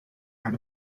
out